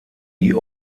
die